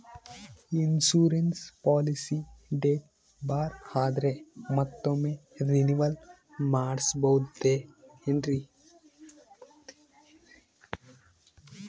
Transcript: Insurance policy date ಬಾರ್ ಆದರೆ ಮತ್ತೊಮ್ಮೆ ರಿನಿವಲ್ ಮಾಡಿಸಬಹುದೇ ಏನ್ರಿ?